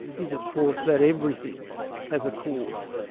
is of course that everything has a cause.